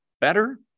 Better